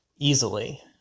easily